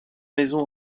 maison